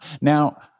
now